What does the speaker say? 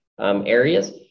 areas